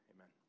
Amen